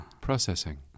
Processing